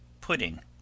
pudding